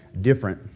different